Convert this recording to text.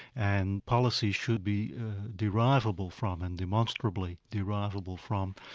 and policy should be derivable from, and demonstrably derivable from,